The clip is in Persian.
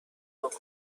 بکننش